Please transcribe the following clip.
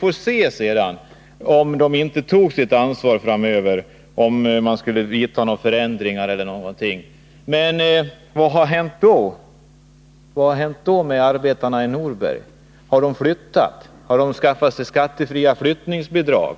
Om sedan ASEA inte tar sitt ansvar, får vi se om man behöver vidta några förändringar, menar industriministern. Men vad händer då med arbetarna i Norberg? Har de flyttat, har de skaffat sig skattefria flyttningsbidrag,